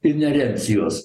ir nerems juos